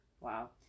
Wow